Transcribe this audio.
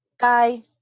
Guy